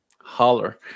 Holler